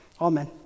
Amen